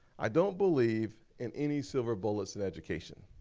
i don't believe in any silver bullets in education,